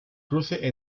cruce